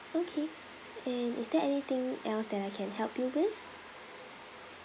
okay and is there anything else that I can help you with